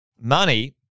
money